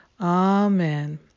Amen